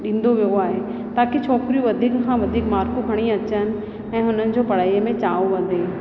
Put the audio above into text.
ॾिंदो वियो आहे ताकि छोकिरियूं वधीक खां वधीक मार्कूं खणी अचनि ऐं हुननि जो पढ़ाईअ में चाव वधे